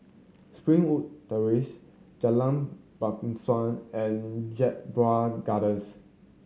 Springwood Terrace Jalan Bangsawan and Jedburgh Gardens